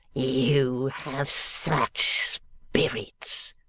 you have such spirits